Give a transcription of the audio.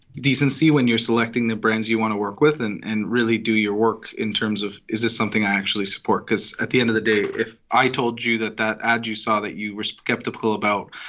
decency when you're selecting the brands you want to work with and and really do your work in terms of, is this something i actually support? because at the end of the day, if i told you that that ad you saw that you were skeptical about,